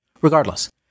Regardless